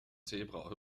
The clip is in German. zebra